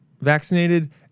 vaccinated